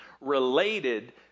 related